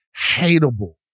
hateable